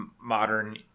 modern